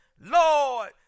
Lord